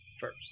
first